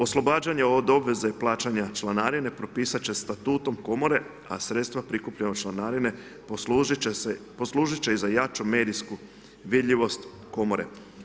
Oslobađanje od obveze i plaćanje članarina propisati će statutom komore, a sredstva prikupljena od članarine, poslužiti će i za jače medijsku vidljivost komore.